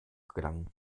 gelangen